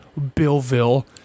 Billville